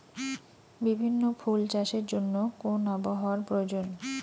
বিভিন্ন ফুল চাষের জন্য কোন আবহাওয়ার প্রয়োজন?